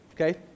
okay